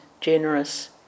generous